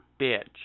bitch